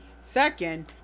second